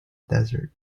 desert